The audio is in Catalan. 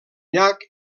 llac